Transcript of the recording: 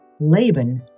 Laban